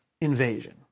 invasion